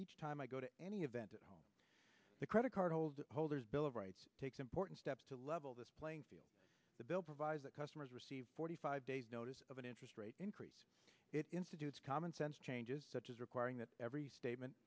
each time i go to any event in the credit card holes holders bill of rights takes important steps to level the playing field the bill provides that customers receive forty five days notice of an interest rate increase it institutes common sense changes such as requiring that every statement